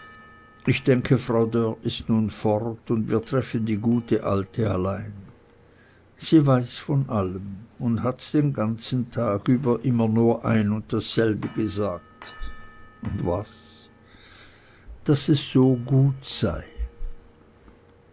ich denke frau dörr ist nun fort und wir treffen die gute alte allein sie weiß von allem und hat den ganzen tag über immer nur ein und dasselbe gesagt und was daß es so gut sei